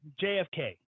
JFK